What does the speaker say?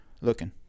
looking